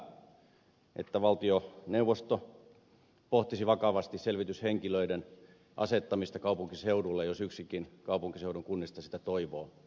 olisikin hyvä että valtioneuvosto pohtisi vakavasti selvityshenkilöiden asettamista kaupunkiseuduille jos yksikin kaupunkiseudun kunnista sitä toivoo